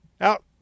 out